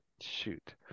Shoot